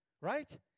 Right